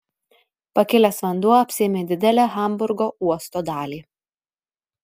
pakilęs vanduo apsėmė didelę hamburgo uosto dalį